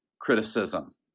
criticism